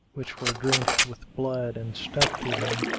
which were drenched with blood and stuck to him,